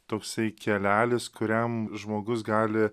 toksai kelelis kuriam žmogus gali